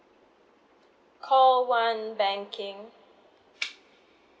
call one banking